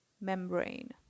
membrane